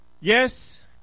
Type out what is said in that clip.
Yes